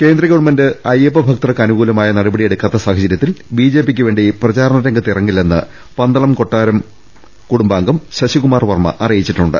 കേന്ദ്ര ഗവൺമെന്റ് അയ്യപ്പ ഭക്തർക്ക് അനുകൂലമായ നടപടി യെടുക്കാത്ത സാഹചരൃത്തിൽ ബിജെപിക്ക് വേണ്ടി പ്രചാരണ രംഗ ത്തിറങ്ങില്ലെന്ന് പന്തളം കൊട്ടാരം കുടുംബാംഗം ശശികുമാർ വർമ്മ അറിയിച്ചിട്ടുണ്ട്